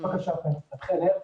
אני אציג עבודה